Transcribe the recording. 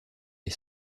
les